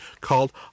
called